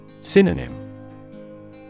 Synonym